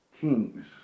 kings